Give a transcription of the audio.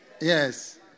Yes